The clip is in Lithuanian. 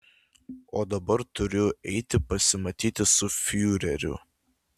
o dabar turiu eiti pasimatyti su fiureriu